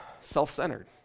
self-centered